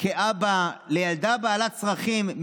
כאבא לילדה בעלת צרכים,